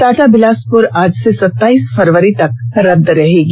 टाटा बिलासप्र आज से ॅसताइस फरवरी तक रद्द रहेगी